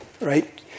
right